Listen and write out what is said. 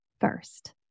first